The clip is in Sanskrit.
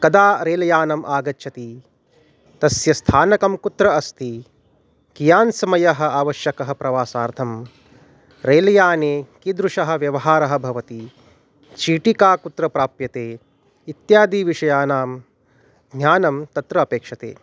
कदा रेलयानम् आगच्छति तस्य स्थानकं कुत्र अस्ति कियान् समयः आवश्यकः प्रवासार्थं रेलयाने कीदृशः व्यवहारः भवति चीटिका कुत्र प्राप्यते इत्यादि विषयानां ज्ञानं तत्र अपेक्षते